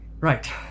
Right